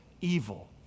evil